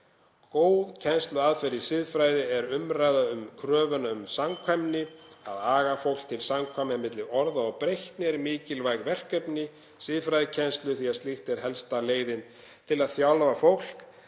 Góð kennsluaðferð í siðfræði er umræða um kröfuna um samkvæmni. Að aga fólk til samkvæmni milli orða og breytni er mikilvægt verkefni siðfræðikennslu því að slíkt er helsta leiðin til að þjálfa fólk